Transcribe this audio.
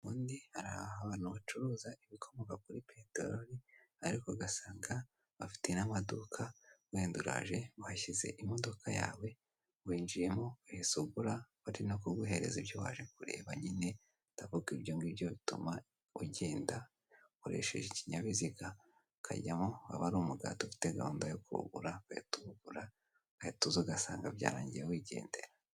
Undi hari abantu bacuruza ibikomoka kuri peteroli ariko ugasanga bafite n'amaduka wenda uraje uhashyize imodoka yawe winjiyemo uhise ugura bari no kuguhereza ibyo waje kureba nyine ndavuga ibyo ngibyo bituma ugenda ukoresheje ikinyabiziga ukajyamo waba ari umugati ufite gahunda yo kuwugura, ugahita uwugura ugahita uza ugasanga byarangiye wigendera.